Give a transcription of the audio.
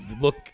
look